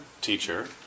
teacher